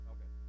Okay